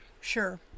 Sure